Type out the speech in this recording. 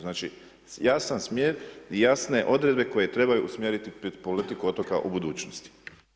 Znači, ja sam smjer jasne odredbe koje trebaju usmjeriti politiku otoka u budućnosti.